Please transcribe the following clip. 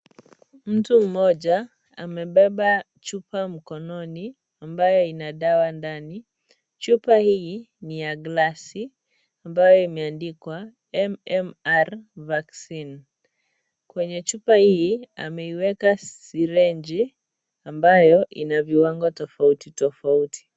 Mtu mmoja amebeba chupa mkononi ambayo ina dawa ndani. Chupa hii ni ya glasi ambayo imeandikwa MMR Vaccine . Kwenye chupa hii ameiweka sirinji ambayo ina viwango tofauti tofauti.